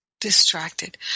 distracted